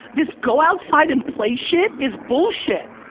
this go outside and play shit is bullshit.